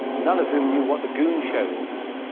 none of whom knew what the goon show is.